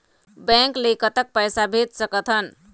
Bank ले कतक पैसा भेज सकथन?